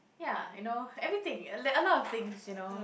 ya I know everything a a lot of things you know